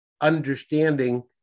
understanding